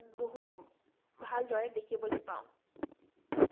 বহু ভালদৰে দেখিবলৈ পাওঁ